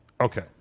Okay